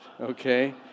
okay